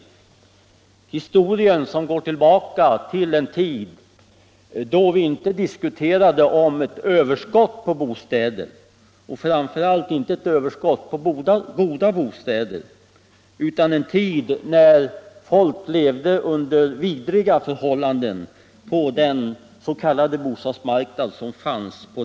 Och historien går tillbaka till en tid då vi inte diskuterade om ett överskott på bostäder, framför allt inte ett överskott på goda bostäder. Det var en tid när folk levde under vidriga förhållanden på den s.k. bostadsmarknad som då fanns.